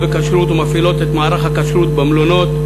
בכשרות ומפעילות את מערך הכשרות במלונות,